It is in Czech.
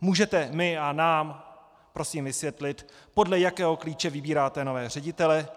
Můžete mi a nám prosím vysvětlit, podle jakého klíče vybíráte nové ředitele,